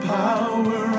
power